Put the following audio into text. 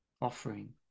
offering